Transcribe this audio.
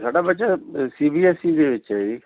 ਸਾਡਾ ਬੱਚਾ C B S E ਦੇ ਵਿੱਚ ਹੈ ਜੀ